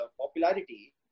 popularity